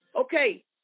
Okay